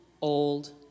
old